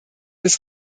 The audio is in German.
des